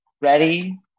ready